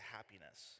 Happiness